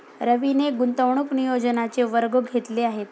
रवीने गुंतवणूक नियोजनाचे वर्ग घेतले आहेत